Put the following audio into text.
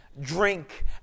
drink